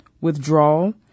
withdrawal